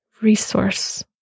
Resource